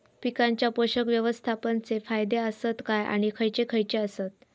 पीकांच्या पोषक व्यवस्थापन चे फायदे आसत काय आणि खैयचे खैयचे आसत?